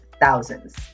thousands